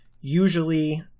usually